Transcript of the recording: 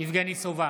יבגני סובה,